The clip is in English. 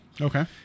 Okay